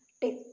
take